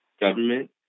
government